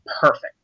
perfect